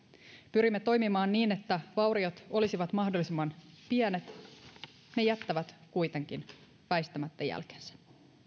pyrimme toimimaan niin että vauriot olisivat mahdollisimman pienet ne jättävät kuitenkin väistämättä jälkensä